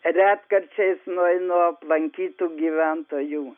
retkarčiais nueinu aplankyt tų gyventojų